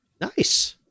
nice